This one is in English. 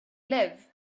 live